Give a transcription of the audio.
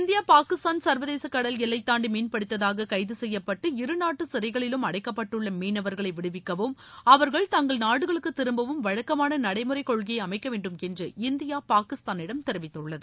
India Pakistan சர்வதேச கடல் எல்லைதாண்டி மீன்பிடித்ததாக கைது செய்யப்பட்டு இருநாட்டு சிறைகளிலும் அடைக்கப்பட்டுள்ள மீனவர்களை விடுவிக்கவும் அவர்கள் தங்கள் நாடுகளுக்கு திரும்பவும் வழக்கமான நடைமுறை கொள்கையை அமைக்க வேண்டும் என்று இந்தியா பாகிஸ்தானிடம் தெரிவித்துள்ளது